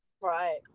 Right